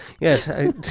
Yes